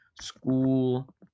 school